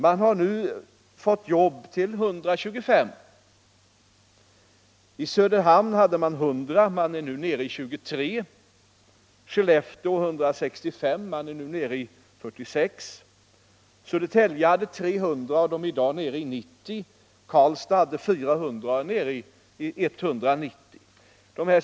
Man har nu skaffat jobb åt 125. I Söderhamn hade man 100 arbetslösa ungdomar och är nu nere i 23. I Skellefteå hade man 165 och är nu nere i 46. I Södertälje hade man 300 och är i dag nere i 90. I Karlstad hade man 400 och är nu nere i 190.